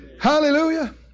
Hallelujah